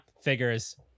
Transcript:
figures